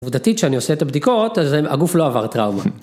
עובדתית שאני עושה את הבדיקות, אז הגוף לא עבר טראומה.